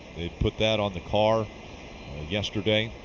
they put that on the car yesterday.